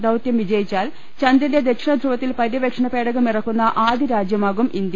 ദൌത്യം വിജയിച്ചാൽ ചന്ദ്രന്റെ ദക്ഷിണദ്രുവത്തിൽ പര്യവേക്ഷണ പേടകം ഇറക്കുന്ന ആദ്യ രാജ്യമാകും ഇന്ത്യ